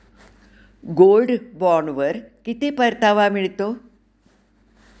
Gold बॉण्डवर किती परतावा मिळतो?